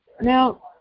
Now